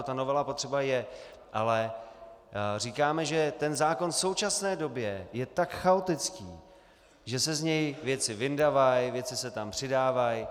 Ta novela potřeba je, ale říkáme, že ten zákon v současné době je tak chaotický, že se z něj věci vyndavají, věci se tam přidávají.